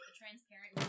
transparent